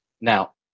Now